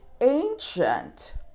ancient